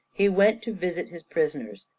he went to visit his prisoners,